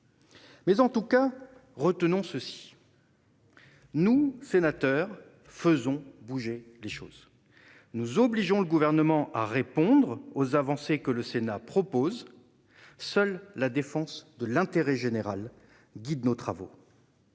qu'il en soit, retenons ceci : nous, sénateurs, faisons bouger les choses ! Nous obligeons le Gouvernement à répondre aux avancées que le Sénat propose. Seule la défense de l'intérêt général guide nos travaux.